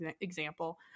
example